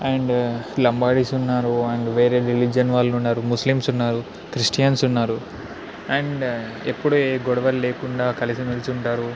and Lambadis ఉన్నారు and వేరే religion వాళ్ళు ఉన్నారు ముస్లిమ్స్ ఉన్నారు క్రిస్టియన్సు ఉన్నారు అండ్ ఎప్పుడు ఏ గొడవలు లేకుండా కలిసిమెలిసి ఉంటారు